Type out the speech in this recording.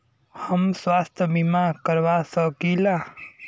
हम स्वास्थ्य बीमा करवा सकी ला?